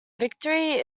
victory